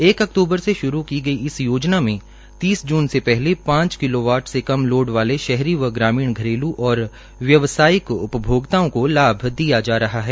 एक अक्तूबर से शुरू की गई इस योजना को पहले पांच किलोवाट से कम लोड वाले शहरी व ग्रामीण घरेलू और व्यवसायिक उपभोक्ताओं को लाभ दिया जा रहा है